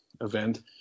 event